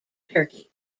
turkey